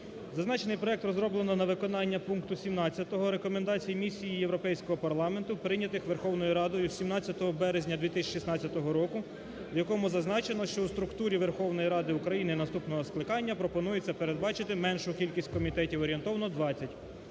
Зазначений проект розроблено на виконання пункту 17, рекомендації місії Європейського парламенту, прийнятих Верховною Радою 17 березня 2016 року, в якому зазначено, що у структурі Верховної Ради України наступного скликання пропонується передбачити меншу кількість комітетів, орієнтовно 20,